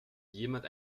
jemand